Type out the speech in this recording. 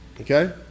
Okay